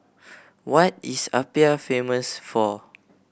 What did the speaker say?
what is Apia famous for